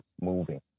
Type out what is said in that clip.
moving